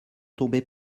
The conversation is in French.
tomber